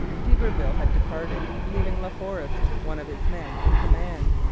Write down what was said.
d'iberville had departed, leaving la forest, one of his men, in command.